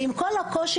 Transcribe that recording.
עם כל הקושי,